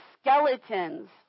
skeletons